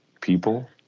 people